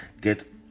get